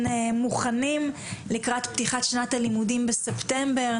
מוכנים לקראת פתיחת שנת הלימודים בספטמבר,